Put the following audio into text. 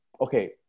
okay